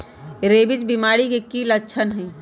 rabies बीमारी के कि कि लच्छन हई